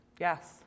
yes